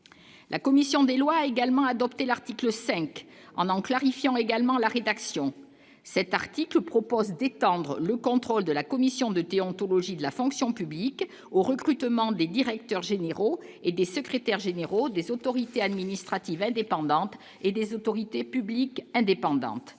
la commission des lois a également adopté l'article 5 en en clarifiant également la rédaction cet article propose d'étendre le contrôle de la commission de thé, anthologie de la fonction publique au recrutement des directeurs généraux et des secrétaires généraux des autorités administratives indépendantes et les autorités publiques indépendantes,